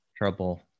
trouble